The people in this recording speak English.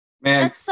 Man